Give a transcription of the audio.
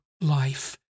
life